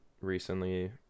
recently